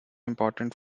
important